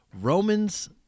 Romans